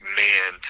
man